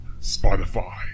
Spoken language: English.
Spotify